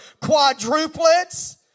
quadruplets